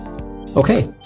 Okay